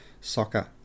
soccer